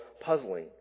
puzzling